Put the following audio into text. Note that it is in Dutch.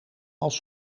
als